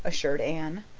assured anne.